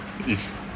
if